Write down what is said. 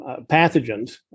pathogens